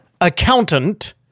accountant